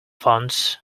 funds